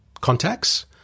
contacts